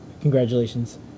congratulations